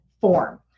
form